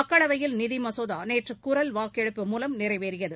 மக்களவையில் நிதி மசோதா நேற்று குரல் வாக்கெடுப்பு மூலம் நிறைவேறியது